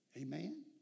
Amen